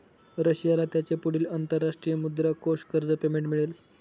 रशियाला त्याचे पुढील अंतरराष्ट्रीय मुद्रा कोष कर्ज पेमेंट मिळेल